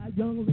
young